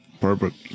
Perfect